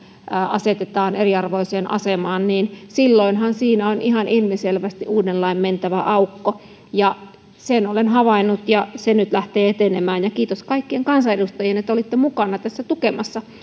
asetetaan eriarvoiseen asemaan niin yksinkertaisesti silloinhan siinä on ihan ilmiselvästi uuden lain mentävä aukko ja sen olen havainnut ja se nyt lähtee etenemään kiitos kaikkien kansanedustajien että olitte mukana tässä tukemassa